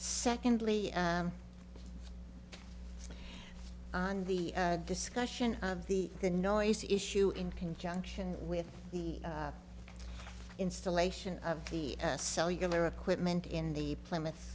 secondly on the discussion of the the noise issue in conjunction with the installation of the cellular equipment in the plymouth